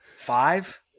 five